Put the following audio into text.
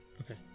Okay